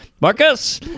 Marcus